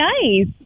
nice